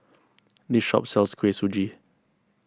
this shop sells Kuih Suji